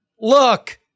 look